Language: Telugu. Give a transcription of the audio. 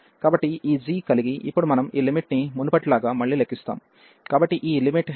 కాబట్టి ఈ g కలిగి ఇప్పుడు మనం ఈ లిమిట్ ని మునుపటిలాగా మళ్ళీ లెక్కిస్తాము కాబట్టి ఈ x→1 fxg ను లెక్కిస్తాము